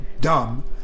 dumb